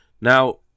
now